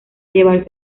llevarse